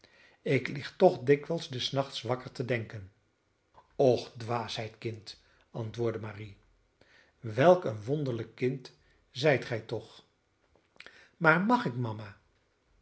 ik lig toch dikwijls des nachts wakker te denken och dwaasheid kind antwoordde marie welk een wonderlijk kind zijt ge toch maar mag ik mama